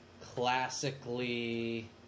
classically